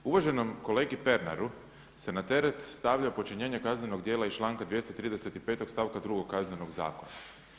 Uvaženom kolegi Pernaru se na teret stavlja počinjenje kaznenog djela iz članka 235. stavka 2. Kaznenog zakona.